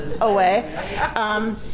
away